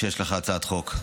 שיש לך הצעת חוק,